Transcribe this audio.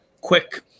quick